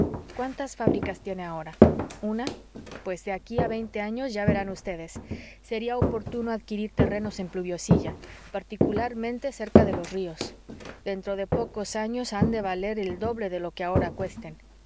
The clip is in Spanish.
cuántas fábricas tiene ahora una pues de aquí a veinte años ya verán ustedes sería oportuno adquirir terrenos en pluviosilla particularmente cerca de los ríos dentro de pocos años han de valer el doble de lo que ahora cuesten